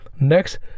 Next